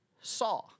saw